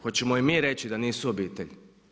Hoćemo i mi reći da nisu obitelj?